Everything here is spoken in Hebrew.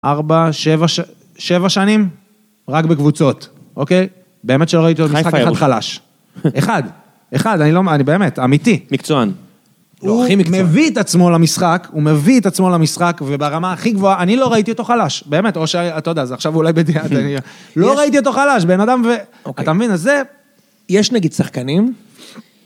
ארבע, שבע שנים, רק בקבוצות, אוקיי? באמת שלא ראיתי עוד משחק אחד חלש. אחד, אחד, אני באמת אמיתי. מקצוען. הוא מביא את עצמו למשחק, הוא מביא את עצמו למשחק, וברמה הכי גבוהה, אני לא ראיתי אותו חלש, באמת, או שאתה יודע, זה עכשיו אולי בדיעה... לא ראיתי אותו חלש בן אדם ו... אתה מבין? אז זה... יש, נגיד, שחקנים...